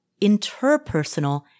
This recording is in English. interpersonal